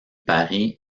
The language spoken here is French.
paris